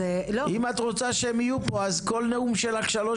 אם את רוצה שהם יהיו פה אז כל נאום שלך שלוש